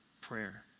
prayer